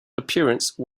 appearance